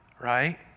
right